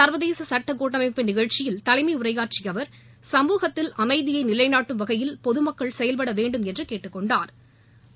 சர்வதேச சட்ட கூட்டமைப்பின் நிகழ்ச்சியில் தலைமை உரையாற்றிய அவர் சமூகத்தில் அமைதியை நிலைநாட்டும் வகையில் பொது மக்கள் செயல்பட வேண்டுமென்று கேட்டுக்கொண்டாா்